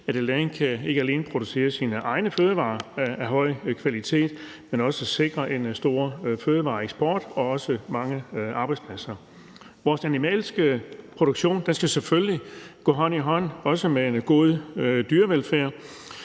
at et land ikke alene kan producere sine egne fødevarer af høj kvalitet, men også kan sikre en stor fødevareeksport og mange arbejdspladser. Vores animalske produktion skal selvfølgelig også gå hånd i hånd med en god dyrevelfærd,